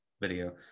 video